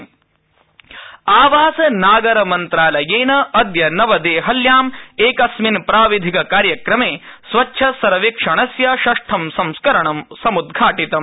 स्वच्छसर्वेक्षणम् आवास नागरमन्त्रालयेन अद्य नवदेहल्याम् एकस्मिन् प्राविधिक कार्यक्रमे स्वच्छसर्वेक्षणस्य षष्ठं संस्करण समुद्घाटितम्